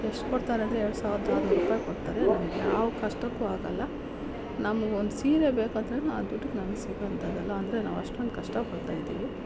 ಎಷ್ಟು ಕೊಡ್ತಾರೆಂದ್ರೆ ಎರ್ಡು ಸಾವಿರ್ದ ಆರ್ನೂರ್ರುಪಾಯಿ ಕೊಡ್ತಾರೆ ನಮ್ಗೆ ಯಾವ ಕಷ್ಟಕ್ಕೂ ಆಗೋಲ್ಲ ನಮ್ಗೆ ಒಂದು ಸೀರೆ ಬೇಕಂದ್ರೂ ಆ ದುಡ್ಗೆ ನಮ್ಗೆ ಸಿಗುವಂಥದಲ್ಲ ಅಂದರೆ ನಾವು ಅಷ್ಟೊಂದು ಕಷ್ಟಪಡ್ತಾಯಿದ್ದೀವಿ